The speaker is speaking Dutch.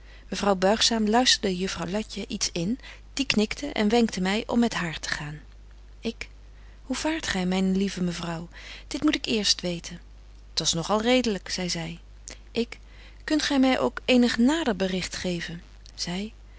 mevrouw buigzaam luisterde juffrouw letje iets in die knikte en wenkte my om met haar te gaan ik hoe vaart gy myn lieve mevrouw dit moet ik eerst weten t was nog al redelyk zei zy ik kunt gy my ook eenig nader bericht geven